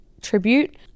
tribute